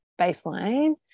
baseline